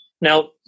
Now